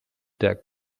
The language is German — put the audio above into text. der